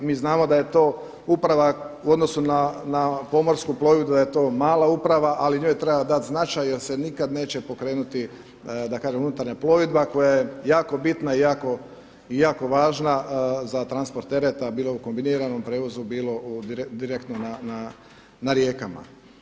Mi znamo da je to uprava u odnosu na pomorsku plovidbu da je to mala uprava, ali njoj treba dati značaj jer se nikada neće pokrenuti unutarnja plovidba koja je jako bitna i jako važna za transport tereta bilo u kombiniranom prevozu bilo direktno na rijekama.